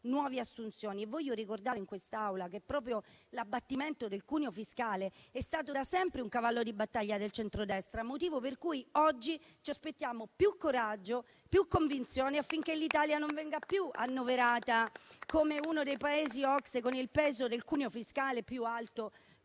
nuove assunzioni. Voglio ricordare in quest'Aula che proprio l'abbattimento del cuneo fiscale è stato da sempre un cavallo di battaglia del centrodestra, motivo per cui oggi ci aspettiamo più coraggio e più convinzione, affinché l'Italia non venga più annoverata come uno dei Paesi OCSE con il peso del cuneo fiscale più alto: